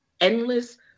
endless